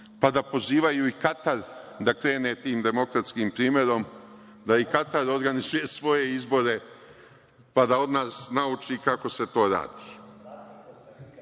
pa da pozivaju i Katar da krene tim demokratskim primerom, da i Katar organizuje svoje izbore pa da od nas nauči kako se to